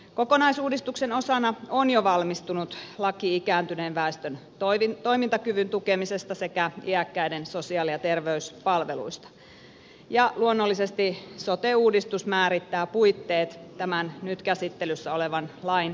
kokonaisuudistuksen osana on jo valmistunut laki ikääntyneen väestön toimintakyvyn tukemisesta sekä iäkkäiden sosiaali ja terveyspalveluista ja luonnollisesti sote uudistus määrittää puitteet tämän nyt käsittelyssä olevan lain toimeenpanoon